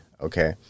okay